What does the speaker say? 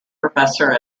professor